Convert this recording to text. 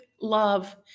love